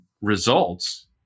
results